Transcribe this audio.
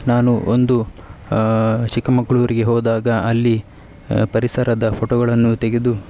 ನಾನು ಒಂದು ಚಿಕ್ಕಮಗಳೂರಿಗೆ ಹೋದಾಗ ಅಲ್ಲಿ ಪರಿಸರದ ಫೋಟೋಗಳನ್ನು ತೆಗೆದು